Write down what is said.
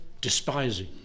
despising